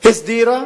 הסדירה